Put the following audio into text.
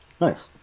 Nice